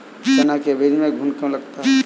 चना के बीज में घुन क्यो लगता है?